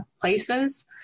places